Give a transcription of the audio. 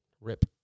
Rip